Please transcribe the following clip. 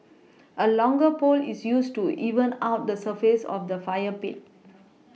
a longer pole is used to even out the surface of the fire pit